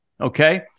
okay